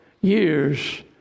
years